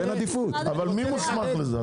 מי מוסמך לזה?